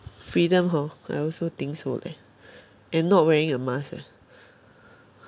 freedom hor I also think so leh and not wearing a mask